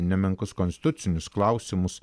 nemenkus konstitucinius klausimus